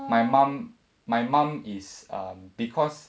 my mum my mum is because